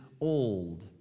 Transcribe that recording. old